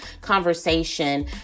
conversation